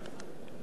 כאשר